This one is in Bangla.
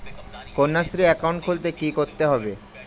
কন্যাশ্রী একাউন্ট খুলতে কী করতে হবে?